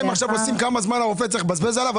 אתם עושים כמה זמן הרופא צריך לבזבז עליו?